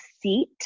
seat